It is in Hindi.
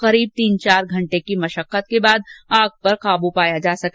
लगभग तीन चार घंटे की मशक्कत के बाद आग पर काबू पाया जा सका